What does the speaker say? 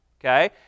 okay